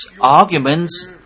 arguments